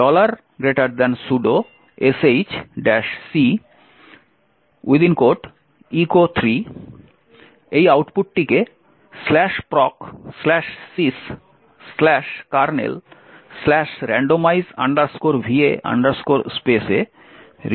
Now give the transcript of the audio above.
sudo sh c echo 3 আউটপুটটিকে procsyskernelrandomize va space এ redirect করে